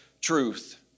Truth